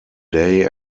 day